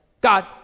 God